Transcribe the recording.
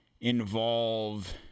involve